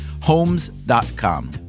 Homes.com